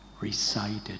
recited